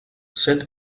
set